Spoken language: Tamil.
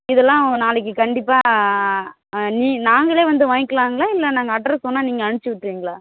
இதெலாம் நாளைக்கு கண்டிப்பாக நீ நாங்களே வந்து வாங்கிக்கலாங்ளா இல்லை நாங்க அட்ரஸ் சொன்னால் நீங்கள் அனுப்ச்சிவிட்ருவிங்களா